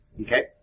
Okay